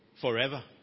forever